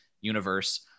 universe